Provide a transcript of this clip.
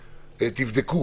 מבקש שתבדקו